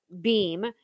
beam